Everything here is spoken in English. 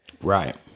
Right